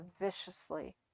viciously